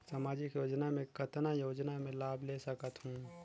समाजिक योजना मे कतना योजना मे लाभ ले सकत हूं?